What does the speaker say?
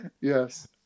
Yes